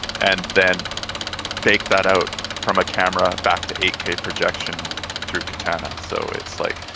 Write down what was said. and then bake that out from a camera back to eight k projection through katana. so, it's like,